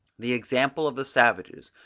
the example of the savages,